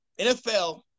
NFL